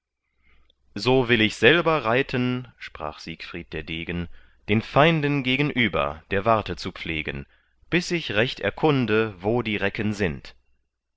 so will ich selber reiten sprach siegfried der degen den feinden gegenüber der warte zu pflegen bis ich recht erkunde wo die recken sind